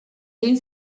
egin